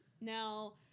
now